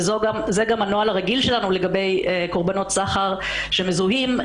וזה גם הנוהל הרגיל שלנו לגבי קורבנות סחר שמזוהים,